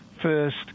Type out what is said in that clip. first